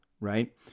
right